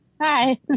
Hi